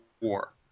War